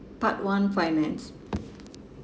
part one finance